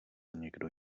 někdo